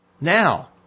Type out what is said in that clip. Now